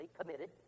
committed